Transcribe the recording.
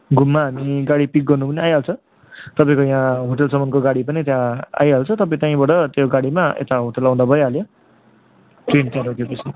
घुममा हामी गाडी पिक गर्न पनि आइहाल्छ तपाईँको यहाँ होटेलसम्मन्को गाडी पनि त्यहाँ आइहाल्छ तपाईँ त्यहीँबाट त्यो गाडीमा यता होटेल आउँदा भइहाल्यो